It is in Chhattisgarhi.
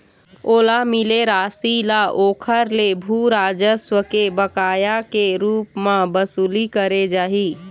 ओला मिले रासि ल ओखर ले भू राजस्व के बकाया के रुप म बसूली करे जाही